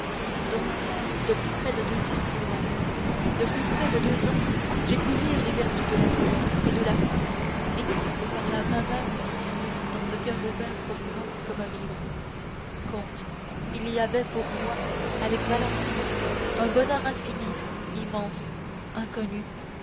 donc depuis près de deux ans je l'aime depuis près de deux ans j'ai pu lire les vertus de la fille et de la femme écrites par la main même du seigneur dans ce coeur ouvert pour moi comme un livre comte il y avait pour moi avec valentine un bonheur infini immense inconnu